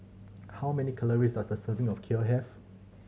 how many calories does a serving of Kheer have